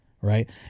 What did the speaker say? right